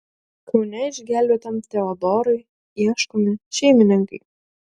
kaune išgelbėtam teodorui ieškomi šeimininkai